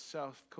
South